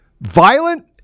violent